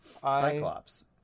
Cyclops